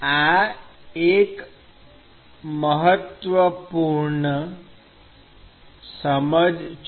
આ એક મહત્વપૂર્ણ સમજ છે